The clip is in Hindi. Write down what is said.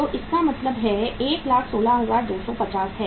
तो इसका मतलब है 116250 है